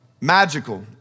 magical